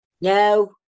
No